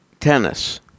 Tennis